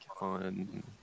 on